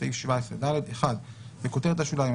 בסעיף 17ד - (1)בכותרת השוליים,